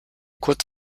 kurz